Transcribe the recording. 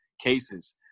cases